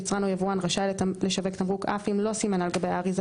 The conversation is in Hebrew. יצרן או יבואן רשאי לשווק תמרוק אף אם לא סימן על גבי האריזה